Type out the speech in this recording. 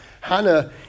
Hannah